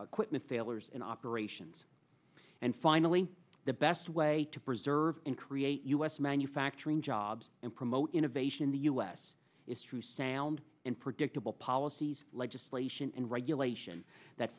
quickness sailors in operations and finally the best way to preserve and create u s manufacturing jobs and promote innovation in the u s is true sound and predictable policies legislation regulation that